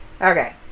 Okay